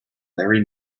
larry